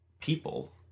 people